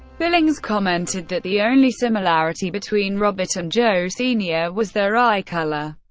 billings commented that the only similarity between robert and joe sr. was their eye color.